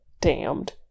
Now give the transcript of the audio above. damned